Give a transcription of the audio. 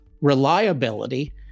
Reliability